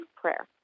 prayer